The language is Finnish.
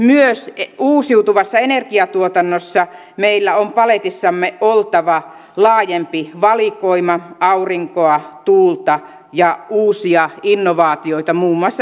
myös uusiutuvassa energiatuotannossa meillä on paletissamme oltava laajempi valikoima aurinkoa tuulta ja uusia innovaatioita muun muassa energiatehokkuuteen